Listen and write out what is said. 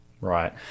Right